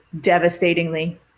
devastatingly